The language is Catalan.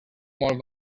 molt